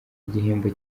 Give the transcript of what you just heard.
igihembo